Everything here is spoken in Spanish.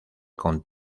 con